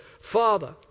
father